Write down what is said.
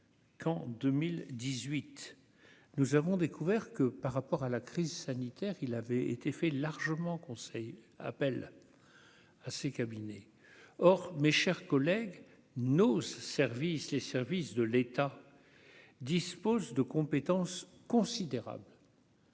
qu'en 2018 nous avons découvert que par rapport à la crise sanitaire, il avait été fait largement conseil appel à ces cabinets or mes chers collègues, nos services, les services de l'État dispose de compétences considérables.